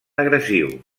agressiu